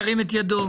ירים את ידו.